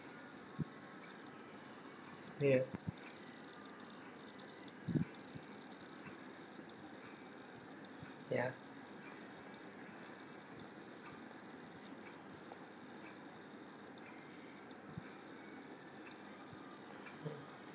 mm ya